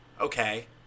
Okay